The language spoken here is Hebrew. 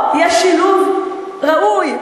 פה יש שילוב ראוי,